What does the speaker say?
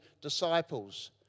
disciples